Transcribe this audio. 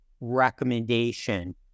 recommendation